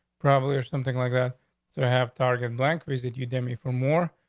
probably, or something like that so to have target blank reset, you dummy for more.